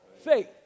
faith